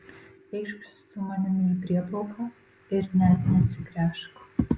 eikš su manimi į prieplauką ir net neatsigręžk